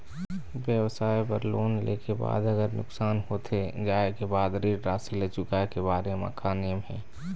व्यवसाय बर लोन ले के बाद अगर नुकसान होथे जाय के बाद ऋण राशि ला चुकाए के बारे म का नेम हे?